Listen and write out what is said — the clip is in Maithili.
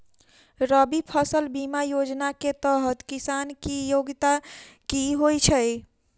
रबी फसल बीमा योजना केँ तहत किसान की योग्यता की होइ छै?